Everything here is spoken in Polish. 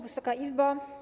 Wysoka Izbo!